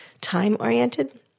time-oriented